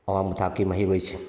ꯑꯋꯥꯡꯕ ꯊꯥꯛꯀꯤ ꯃꯍꯩꯔꯣꯏꯤꯡ